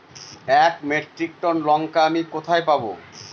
এক metric ton লঙ্কা আমি কোথায় পাবো?